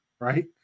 right